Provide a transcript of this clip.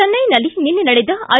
ಚೆನ್ನೈನಲ್ಲಿ ನಿನ್ನೆ ನಡೆದ ಐ